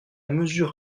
mesure